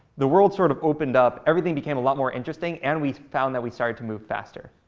the world sort of opened up. everything became a lot more interesting. and we found that we started to move faster.